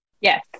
Yes